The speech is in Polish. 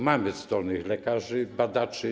Mamy zdolnych lekarzy i badaczy.